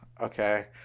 okay